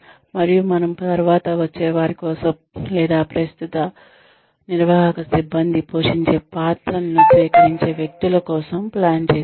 మరియు మనము తరువాత వచ్చే వారి కోసం లేదా ప్రస్తుత నిర్వాహక సిబ్బంది పోషించే పాత్రలను స్వీకరించే వ్యక్తుల కోసం ప్లాన్ చేసాము